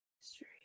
History